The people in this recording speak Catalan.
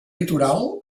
litoral